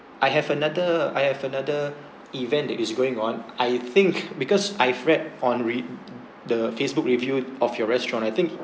I have another I have another event that is going on I think because I've read on read the facebook review on your restaurant I think